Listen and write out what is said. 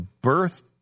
birth